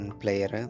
player